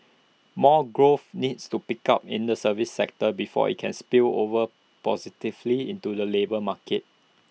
more growth needs to pick up in the services sector before IT can spill over positively into the labour market